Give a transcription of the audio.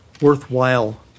worthwhile